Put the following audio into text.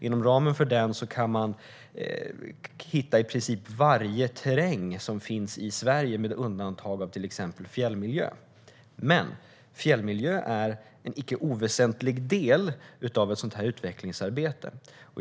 Inom ramen för den kan man hitta i princip varje terräng som finns i Sverige med undantag av till exempel fjällmiljö. Men fjällmiljö är en icke oväsentlig del av ett sådant här utvecklingsarbete.